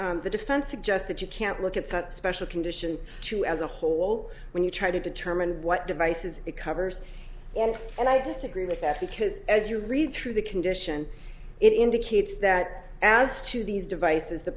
address the defense suggest that you can't look at such special conditions too as a whole when you try to determine what devices it covers and i disagree with that because as you read through the condition it indicates that as to these devices